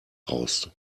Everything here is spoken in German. raus